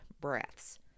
breaths